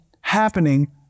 happening